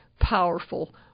powerful